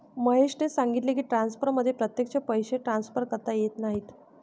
महेशने सांगितले की, ट्रान्सफरमध्ये प्रत्यक्ष पैसे ट्रान्सफर करता येत नाहीत